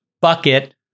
bucket